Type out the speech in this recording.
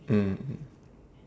mm